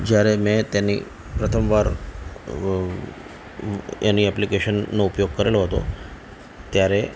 જ્યારે મેં તેની પ્રથમ વાર એની એપ્લિકેશનનો ઉપયોગ કરેલો હતો ત્યારે